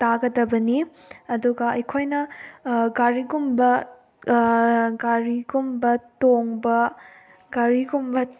ꯇꯥꯒꯗꯕꯅꯤ ꯑꯗꯨꯒ ꯑꯩꯈꯣꯏꯅ ꯒꯥꯔꯤꯒꯨꯝꯕ ꯒꯥꯔꯤꯒꯨꯝꯕ ꯇꯣꯡꯕ ꯒꯥꯔꯤꯒꯨꯝꯕ